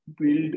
build